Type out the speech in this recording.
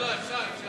אפשר, אפשר.